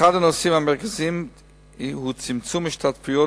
אחד הנושאים המרכזיים הוא צמצום ההשתתפויות